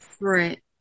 Right